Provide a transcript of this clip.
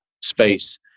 space